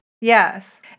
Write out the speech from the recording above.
Yes